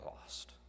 lost